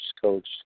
coach